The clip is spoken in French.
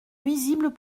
nuisibles